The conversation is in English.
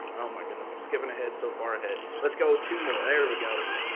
oh my goodness, i'm skippin' ahead, so far ahead. let's go two more, there we go.